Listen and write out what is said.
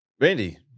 Randy